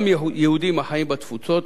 גם יהודים החיים בתפוצות